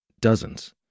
Dozens